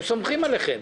הם סומכים עליכם.